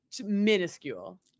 minuscule